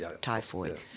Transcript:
typhoid